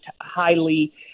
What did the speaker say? highly